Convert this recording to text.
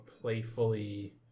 playfully